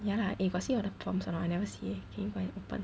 ya lah eh got see on the prompts or not I never see eh can you find and open